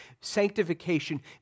sanctification